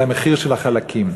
אלא המחיר של החלקים.